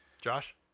Josh